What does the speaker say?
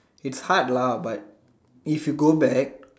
it's hard lah but if you go back